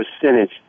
percentage